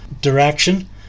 direction